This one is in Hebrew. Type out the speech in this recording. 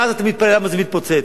ואז אתה מתפלא למה זה מתפוצץ.